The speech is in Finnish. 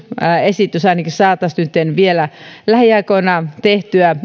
esitys ainakin saataisiin nytten vielä lähiaikoina tehtyä